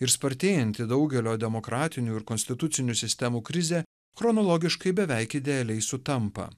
ir spartėjanti daugelio demokratinių ir konstitucinių sistemų krizė chronologiškai beveik idealiai sutampa